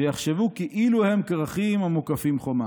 וייחשבו כאילו הן כרכין המוקפין חומה,